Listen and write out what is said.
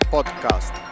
Podcast